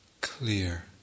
clear